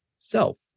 self